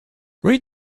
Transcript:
read